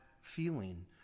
feeling